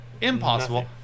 impossible